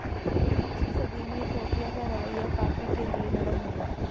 उन्नीसवीं सदी में इथोपिया का रवैया कॉफ़ी के लिए नरम हो गया